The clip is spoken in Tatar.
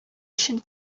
өчен